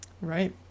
Right